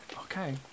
Okay